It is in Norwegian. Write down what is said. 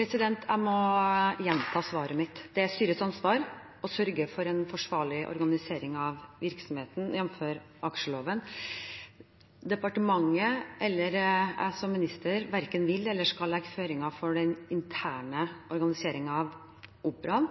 Jeg må gjenta svaret mitt. Det er styrets ansvar å sørge for en forsvarlig organisering av virksomheten, jamfør aksjeloven. Departementet, eller jeg som minister, verken vil eller skal legge føringer for den interne organiseringen av Operaen.